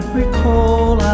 recall